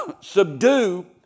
Subdue